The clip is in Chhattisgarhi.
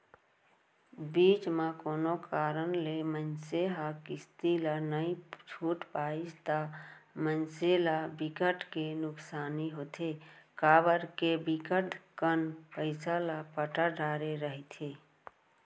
बीच म कोनो कारन ले मनसे ह किस्ती ला नइ छूट पाइस ता मनसे ल बिकट के नुकसानी होथे काबर के बिकट कन पइसा ल पटा डरे रहिथे